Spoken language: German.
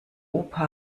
opa